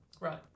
Right